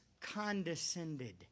condescended